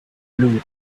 blow